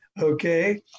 Okay